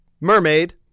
mermaid